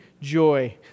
joy